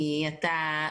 כי אתה,